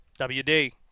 WD